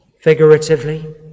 figuratively